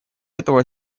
этого